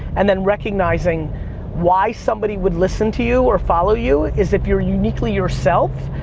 and then recognizing why somebody would listen to you or follow you is if you're uniquely yourself,